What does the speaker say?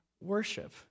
worship